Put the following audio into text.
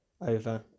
over